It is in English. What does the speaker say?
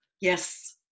Yes